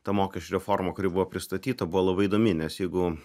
ta mokesčių reforma kuri buvo pristatyta buvo labai įdomi nes jeigu